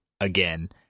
again